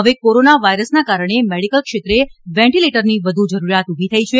હવે કોરોના વાયરસના કારણે મેડીકલ ક્ષેત્રે વેન્ટીલેટરની વધુ જરૂરીયાત ઉભી થઇ છે